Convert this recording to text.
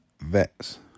Vets